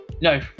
No